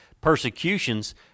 persecutions